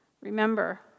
Remember